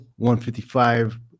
155